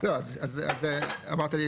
אז אמרת,